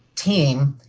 team,